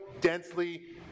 densely